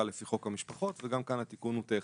לפי חוק המשפחות וגם כאן התיקון הוא טכני.